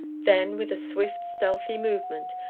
then, with a swift, stealthy movement,